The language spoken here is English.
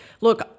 Look